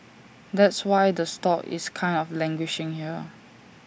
that's why the stock is kind of languishing here